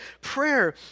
Prayer